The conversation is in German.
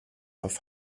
auf